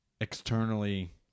externally